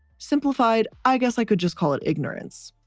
simplified, i guess i could just call it ignorance.